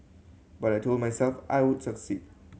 but I told myself I would succeed